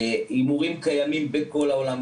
הימורים קיימים בכל העולם,